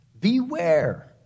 beware